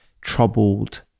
troubled